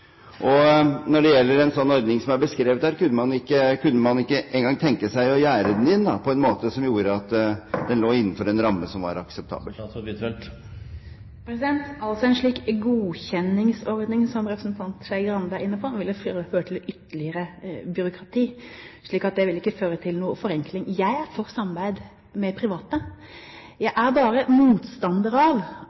Når det gjelder en sånn ordning som er beskrevet her, kunne man ikke engang tenke seg å gjerde den inn, slik at den lå innenfor en ramme som var akseptabel? En slik godkjenningsordning som representanten Skei Grande er inne på, ville føre til ytterligere byråkrati, slik at det ikke ville føre til noen forenkling. Jeg er for samarbeid med private. Jeg er bare motstander av